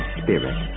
spirit